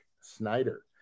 snyder